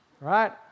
right